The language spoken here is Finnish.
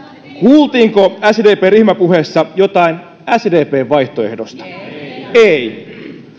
kuultiinko sdpn ryhmäpuheessa jotain sdpn vaihtoehdosta ei